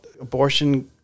abortion